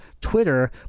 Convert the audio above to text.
Twitter